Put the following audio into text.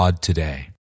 today